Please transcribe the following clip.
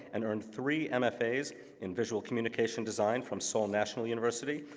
and earned three mfas in visual communication design from seoul national university,